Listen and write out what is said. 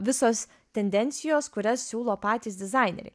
visos tendencijos kurias siūlo patys dizaineriai